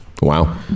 Wow